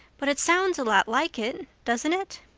but it sounds a lot like it, doesn't it?